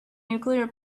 nuclear